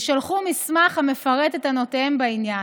ושלחו מסמך המפרט את טענותיהם בעניין,